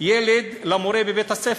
ילד למורה בבית-הספר.